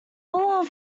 will